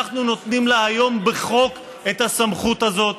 אנחנו נותנים לה היום בחוק את הסמכות הזאת.